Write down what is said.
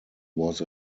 was